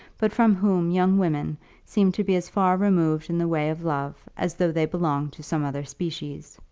but from whom young women seem to be as far removed in the way of love as though they belonged to some other species.